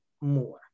more